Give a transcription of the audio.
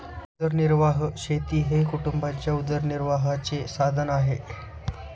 उदरनिर्वाह शेती हे कुटुंबाच्या उदरनिर्वाहाचे साधन आहे